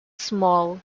small